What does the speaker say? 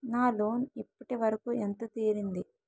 నా లోన్ ఇప్పటి వరకూ ఎంత తీరింది?